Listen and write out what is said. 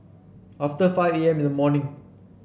after five A M in the morning